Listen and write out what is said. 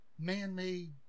man-made